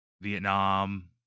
vietnam